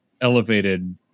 elevated